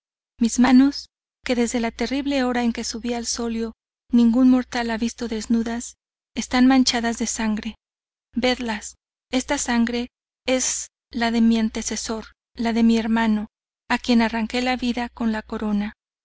mis manos que desde la terrible hora en que subí al solio ningún mortal ha visto desnudas están manchadas de sangre vedlas esta sangre es la de mi antecesor la de mi hermano a quien arranque la vida con la corona